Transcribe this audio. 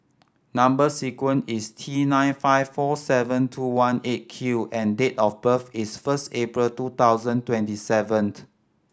number sequence is T nine five four seven two one Eight Q and date of birth is first April two thousand twenty seventh